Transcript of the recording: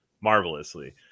marvelously